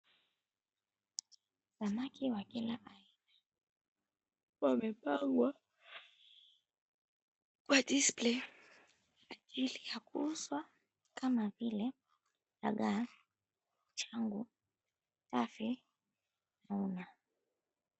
Samaki wa kila aina wamepangwa kwa display kwa ajili ya kuuzwa kama vile dagaa, chango, dafe, tuna.